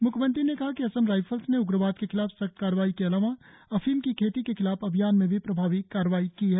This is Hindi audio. म्ख्यमंत्री ने कहा कि असम राइफल्स ने उग्रवाद के खिलाफ सख्त कार्रवाई के अलावा अफीम की खेती के खिलाफ अभियान में भी प्रभावी कार्रवाई की है